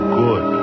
good